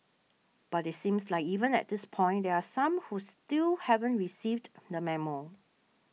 but it seems like even at this point there are some who still haven't received the memo